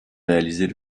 réaliser